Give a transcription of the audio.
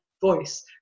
voice